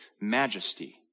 majesty